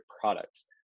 products